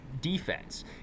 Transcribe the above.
defense